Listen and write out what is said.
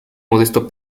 modesto